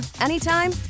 anytime